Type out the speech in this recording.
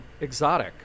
exotic